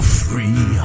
free